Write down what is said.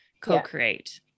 co-create